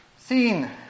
seen